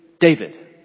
David